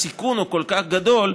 הסיכון הוא כל כך גדול,